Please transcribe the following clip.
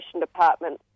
Department